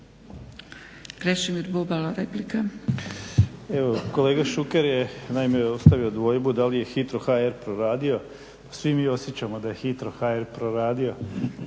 Krešimir Bubalo, replika.